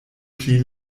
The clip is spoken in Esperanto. pli